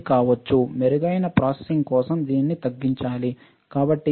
మెరుగైన ప్రాసెసింగ్ కోసం దానిని తగ్గించాలి